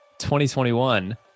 2021